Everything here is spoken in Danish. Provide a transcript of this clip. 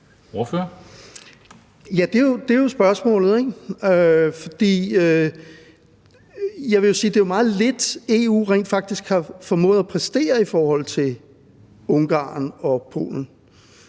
det er meget lidt, EU rent faktisk har formået at præstere i forhold til Ungarn og Polen.